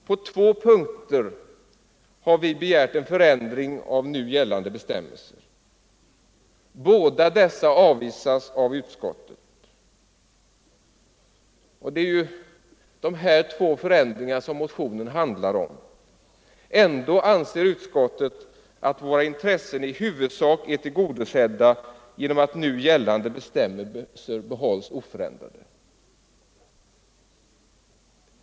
På två punkter har vi begärt en förändring i nu gällande bestämmelser. Båda dessa krav avvisas av utskottet. Det är dessa båda förändringar som motionen handlar om. Ändå anser utskottet att våra intressen i huvudsak är tillgodosedda genom att nu gällande bestämmelser behålls oförändrade.